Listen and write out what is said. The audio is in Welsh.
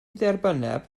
dderbynneb